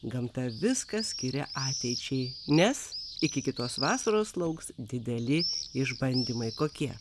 gamta viską skiria ateičiai nes iki kitos vasaros lauks dideli išbandymai kokie